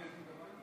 אני אגיד דבר כזה?